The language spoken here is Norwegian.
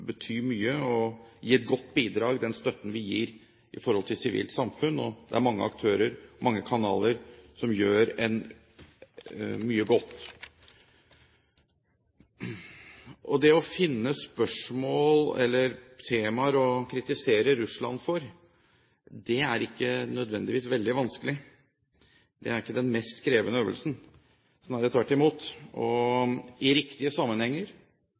mye og gi et godt bidrag, og det er mange aktører, mange kanaler, som gjør mye godt. Det å finne temaer å kritisere Russland for er ikke nødvendigvis veldig vanskelig. Det er ikke den mest krevende øvelsen – snarere tvert imot. I riktige sammenhenger